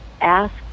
Ask